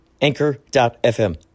Anchor.fm